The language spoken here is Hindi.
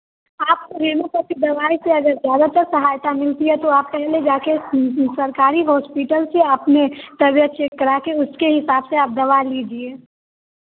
आपको रेनू सर की दवाई से अगर ज़्यादातर सहायता मिलती है तो आप पहले जाकर सरकारी हॉस्पिटल से अपने तबीयत चेक कराके उसके हिसाब से आप दवा लीजिए